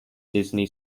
disney